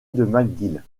mcgill